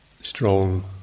strong